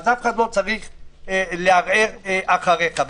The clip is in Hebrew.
אף אחד לא צריך לערער אחריך.